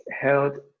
held